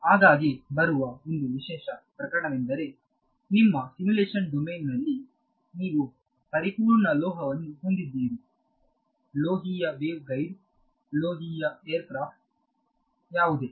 ಆಗಾಗ್ಗೆ ಬರುವ ಒಂದು ವಿಶೇಷ ಪ್ರಕರಣವೆಂದರೆ ನಿಮ್ಮ ಸಿಮ್ಯುಲೇಶನ್ ಡೊಮೇನ್ನಲ್ಲಿ ನೀವು ಪರಿಪೂರ್ಣ ಲೋಹವನ್ನು ಹೊಂದಿದ್ದೀರಿ ಲೋಹೀಯ ವೇವ್ ಗೈಡ್ ಲೋಹೀಯ ಏರ್ ಕ್ರಾಫ್ಟ್ ಯಾವುದೇ